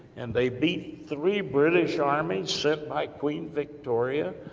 and they beat three british armies sent by queen victoria,